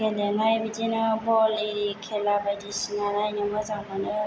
गेलेनाय बिदिनो भ'लि खेला बायदिसिना नायनो मोजां मोनो